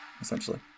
essentially